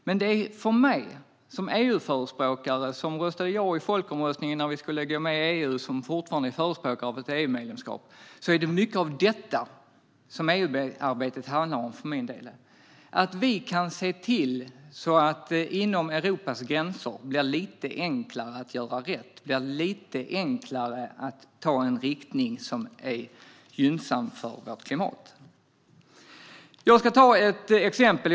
Men för mig som EU-förespråkare - som röstade ja i folkomröstningen när Sverige skulle gå med i EU och som fortfarande är förespråkare för ett EU-medlemskap - är det till stor del detta som EU-arbetet handlar om. Vi kan se till att det inom Europas gränser blir lite enklare att göra rätt och lite enklare att ta en riktning som blir gynnsam för vårt klimat. Jag ska ta ett exempel.